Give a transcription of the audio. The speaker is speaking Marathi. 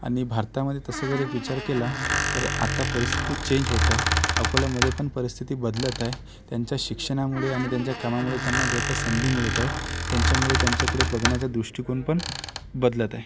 आणि भारतामध्ये तसं जर एक विचार केला तर आता परिस्थिती चेंज होत आहे अकोल्यामध्ये पण परिस्थिती बदलत आहे त्यांच्या शिक्षणामुळे आणि त्यांच्या कामामुळे त्यांना जे काही संधी मिळत आहेत त्यांच्यामुळे त्यांच्याकडे बघण्याचा दृष्टीकोन पण बदलत आहे